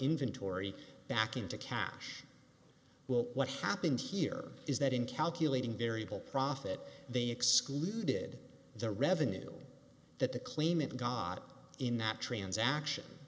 inventory back into cash well what happened here is that in calculating variable profit they excluded the revenue that the claim of god in that transaction